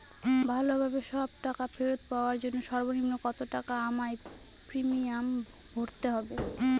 ভালোভাবে সব টাকা ফেরত পাওয়ার জন্য সর্বনিম্ন কতটাকা আমায় প্রিমিয়াম ভরতে হবে?